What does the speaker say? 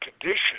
condition